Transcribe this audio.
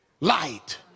Light